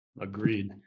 Agreed